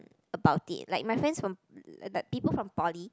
about it like my friends from the people from poly